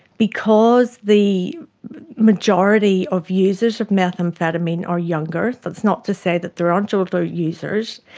because the majority of users of methamphetamine are younger, that's not to say that there aren't older users,